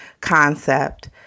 concept